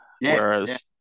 whereas